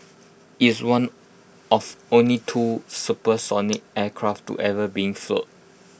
is one of only two supersonic aircraft to ever being flown